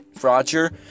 Roger